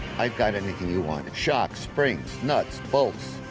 i've got everything you want. shocks, springs, nuts, bolts.